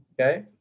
Okay